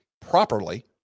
properly